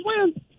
win